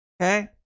Okay